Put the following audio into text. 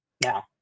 now